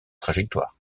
trajectoire